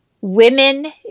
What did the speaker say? Women